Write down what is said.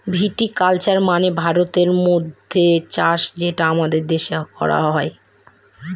ভিটি culture মানে ভারতীয় মদ্যের চাষ যেটা আমাদের দেশে করা হয়